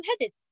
headed